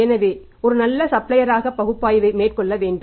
எனவே நாம் ஒரு சப்ளையராக பகுப்பாய்வை மேற்கொள்ள வேண்டும்